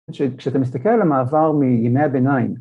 ‫כשאתה מסתכל על המעבר ‫מימי הביניים...